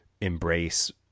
embrace